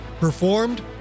Performed